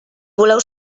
voleu